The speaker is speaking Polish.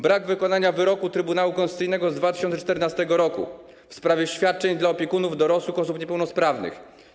Brak wykonania wyroku Trybunału Konstytucyjnego z 2014 r. w sprawie świadczeń dla opiekunów dorosłych osób niepełnosprawnych.